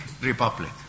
Republic